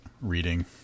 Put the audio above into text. reading